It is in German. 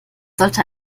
sollte